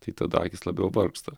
tai tada akys labiau vargsta